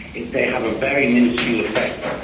if they have a very miniscule effect